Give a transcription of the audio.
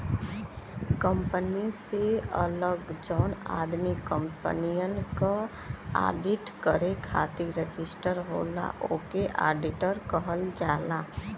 company से अलग जौन आदमी कंपनियन क आडिट करे खातिर रजिस्टर होला ओके आडिटर कहल जाला